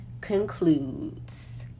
concludes